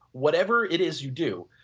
whatever it is you do,